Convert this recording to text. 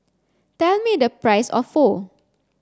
tell me the price of Pho